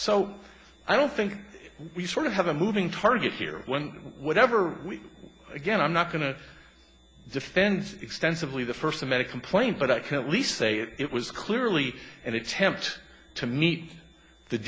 so i don't think we sort of have a moving target here when whatever we again i'm not going to defense extensively the first of many complaints but i can't least say it was clearly an attempt to meet the